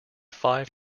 five